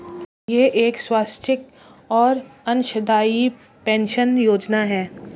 यह एक स्वैच्छिक और अंशदायी पेंशन योजना है